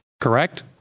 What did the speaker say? Correct